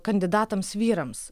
kandidatams vyrams